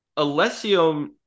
Alessio